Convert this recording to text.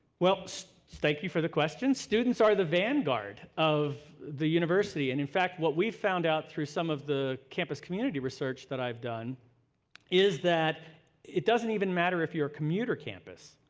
thank you for the question. students are the vanguard of the university. and in fact what we found out through some of the campus community research that i've done is that it doesn't even matter if you're a commuter campus.